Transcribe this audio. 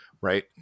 right